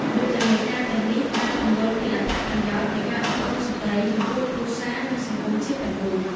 យុទ្ធនាការទាំងនេះបានពន្យល់ពីអត្ថប្រយោជន៍នៃការអប់រំស្ត្រីចំពោះគ្រួសារនិងសង្គមជាតិទាំងមូល។